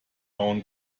own